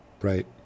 Right